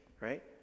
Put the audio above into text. right